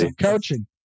coaching